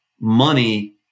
money